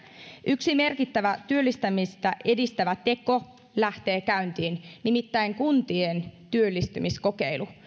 yksi merkittävä työllistämistä edistävä teko lähtee käyntiin nimittäin kuntien työllistymiskokeilu